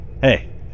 Hey